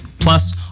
Plus